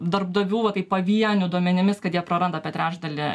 darbdavių va taip pavienių duomenimis kad jie praranda apie trečdalį